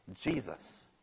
Jesus